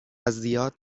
زیاد